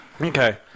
okay